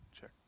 check